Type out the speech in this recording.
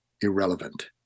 irrelevant